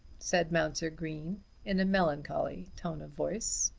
said mounser green in a melancholy tone of voice.